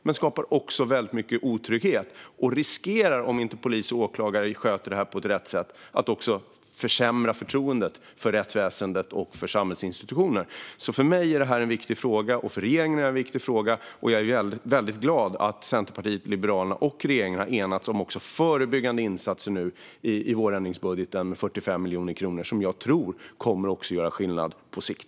Det skapar mycket otrygghet, och om inte polis och åklagare sköter detta på rätt sätt riskerar det också att försämra förtroendet för rättsväsendet och samhällsinstitutionerna. För mig och för regeringen är detta en viktig fråga. Jag är glad att Centerpartiet, Liberalerna och regeringen nu har enats om förebyggande insatser och 45 miljoner kronor i vårändringsbudgeten som jag tror kommer att göra skillnad också på sikt.